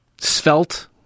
svelte